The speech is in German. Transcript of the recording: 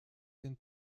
den